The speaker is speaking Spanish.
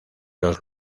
los